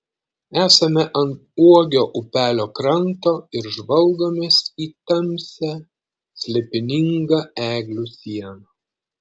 esame ant uogio upelio kranto ir žvalgomės į tamsią slėpiningą eglių sieną